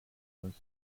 was